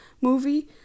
movie